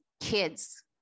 kids